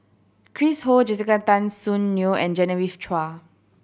Chris Ho Jessica Tan Soon Neo and Genevieve Chua